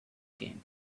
came